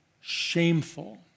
shameful